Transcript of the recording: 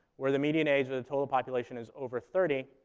where the median age of the total population is over thirty,